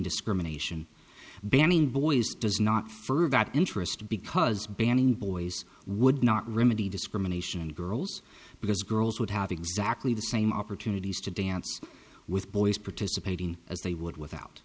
discrimination banning boys does not further interest because banning boys would not remove the discrimination in girls because girls would have exactly the same opportunities to dance with boys participating as they would without